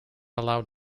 allowed